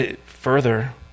Further